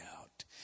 out